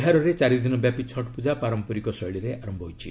ବିହାରରେ ଚାରିଦିନ ବ୍ୟାପୀ ଛଟ୍ ପୂଜା ପାରମ୍ପରିକ ଶୈଳୀରେ ଆରମ୍ଭ ହୋଇଛି